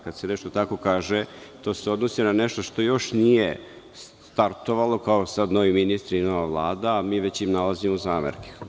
Kada se tako nešto kaže, to se odnosi na nešto što još nije startovalo, kao sad novi ministri i nova Vlada, a mi im već nalazimo zamerke.